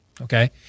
Okay